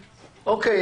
אוקיי.